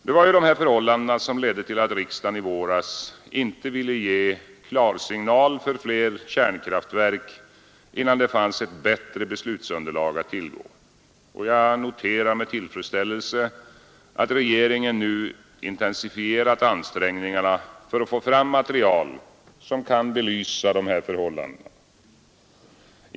Det var dessa förhållanden som ledde till att riksdagen i våras inte ville ge klarsignal för flera kärnkraftverk innan det fanns ett bättre beslutsunderlag att tillgå. Jag noterar med tillfredsställelse att regeringen nu intensifierat ansträngningarna för att få fram material som kan belysa dessa förhållanden.